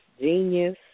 genius